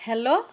hello